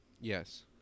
Yes